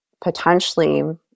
potentially